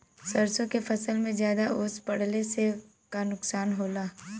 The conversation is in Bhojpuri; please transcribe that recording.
सरसों के फसल मे ज्यादा ओस पड़ले से का नुकसान होला?